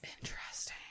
Interesting